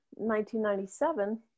1997